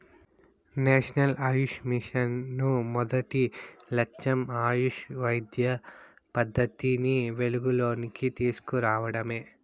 national AYUSH mission మొదటి లచ్చెం ఆయుష్ వైద్య పద్దతిని వెలుగులోనికి తీస్కు రావడమే